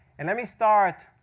and let me start